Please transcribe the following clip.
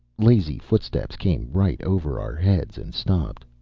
lazy footsteps came right over our heads and stopped.